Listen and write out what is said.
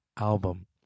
album